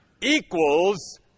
equals